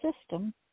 system